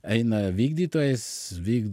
eina vykdytojas vykd